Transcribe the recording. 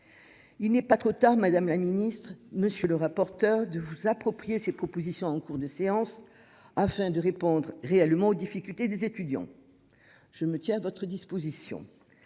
Il n'est pas trop tard. Madame la ministre, monsieur le rapporteur de vous approprier ses propositions en cours de séance afin de répondre réellement aux difficultés des étudiants. Je me tiens à votre disposition.